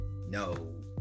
No